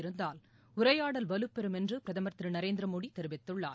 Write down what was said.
இருந்தால் உரையாடல் வலுப்பெறும் என்று பிரதமர் திரு நரேந்திர மோடி தெரிவித்துள்ளார்